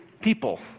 people